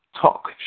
Talk